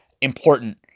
important